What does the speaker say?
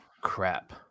Crap